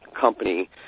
company